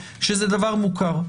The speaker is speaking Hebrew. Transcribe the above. דבר מוכר.